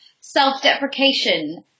self-deprecation